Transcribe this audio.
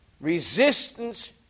Resistance